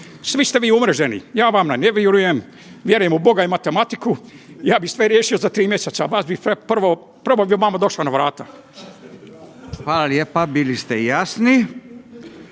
Svi ste vi umreženi, ja vama ne vjerujem. Vjerujem u Boga i matematiku, ja bih sve riješio za tri mjeseca, vas bih prvo, prvo bih vama došao na vrata. **Radin, Furio (Nezavisni)**